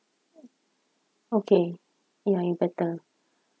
okay ya you better